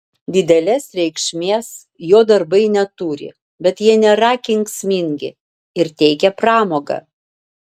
didelės reikšmės jo darbai neturi bet jie nėra kenksmingi ir teikia pramogą